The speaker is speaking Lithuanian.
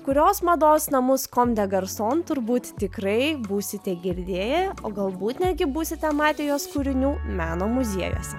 kurios mados namus kom de garson turbūt tikrai būsite girdėję o galbūt netgi būsite matę jos kūrinių meno muziejuose